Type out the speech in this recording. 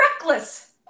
reckless